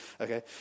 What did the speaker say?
okay